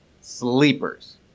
Sleepers